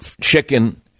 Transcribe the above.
chicken